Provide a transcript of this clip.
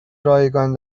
رایگان